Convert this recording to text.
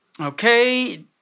Okay